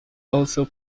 also